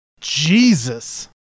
Jesus